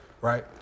right